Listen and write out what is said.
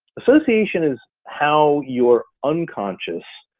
association is how your unconscious